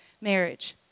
marriage